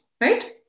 right